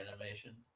animation